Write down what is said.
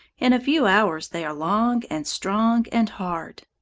in a few hours they are long and strong and hard.